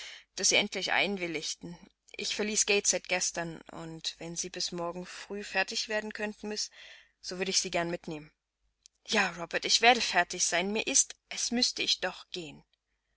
daß sie endlich einwilligten ich verließ gateshead gestern und wenn sie bis morgen früh fertig werden könnten miß so würde ich sie gern mitnehmen ja robert ich werde fertig sein mir ist als müßte ich doch gehen